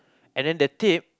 and the tape